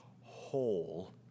whole